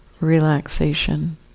relaxation